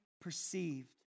perceived